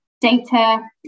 data